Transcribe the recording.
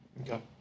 Okay